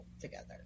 together